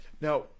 Now